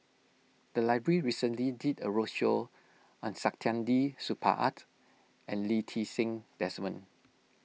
the library recently did a roadshow on Saktiandi Supaat and Lee Ti Seng Desmond